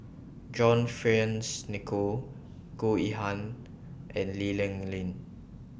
John Fearns Nicoll Goh Yihan and Lee Ling Yen